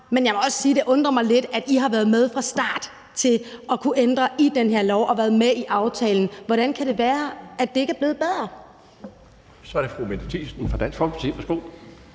Men jeg vil også sige, at det undrer mig lidt, for I har været med fra start; I har kunnet ændre i den her lov og være med i aftalen. Hvordan kan det være, at det ikke er blevet bedre? Kl. 12:54 Den fg. formand (Bjarne